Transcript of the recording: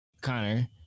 Connor